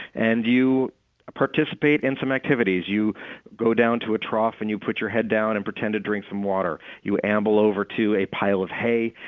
and you participate in some activities you go down to a trough, and you put your head down and pretend to drink some water. you amble over to a pile of hay,